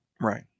Right